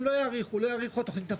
לא יאריכו התוכנית נפלה.